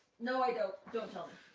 no, i don't. don't tell me.